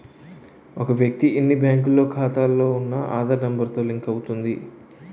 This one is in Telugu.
ఒక వ్యక్తి ఎన్ని బ్యాంకుల్లో ఖాతాలో ఉన్న ఆధార్ నెంబర్ తో లింక్ అవుతుంది